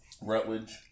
Rutledge